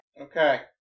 Okay